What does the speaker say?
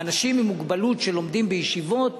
האנשים עם מוגבלות שלומדים בישיבות,